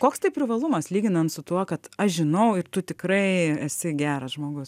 koks tai privalumas lyginant su tuo kad aš žinau ir tu tikrai esi geras žmogus